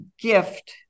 gift